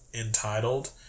entitled